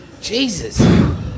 Jesus